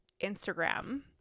Instagram